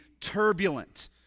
turbulent